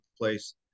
place